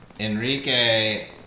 Enrique